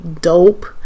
dope